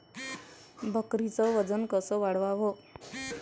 बकरीचं वजन कस वाढवाव?